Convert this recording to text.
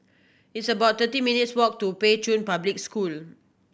it's about thirty minutes' walk to Pei Chun Public School